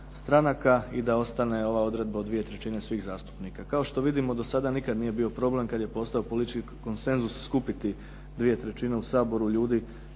i da ostane ova odredba od dvije trećine svih zastupnika. Kao što vidimo do sada nikada nije bio problem kada je postojao politički konsenzus skupiti dvije trećine u Saboru ljudi